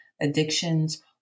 addictions